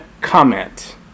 comment